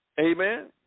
Amen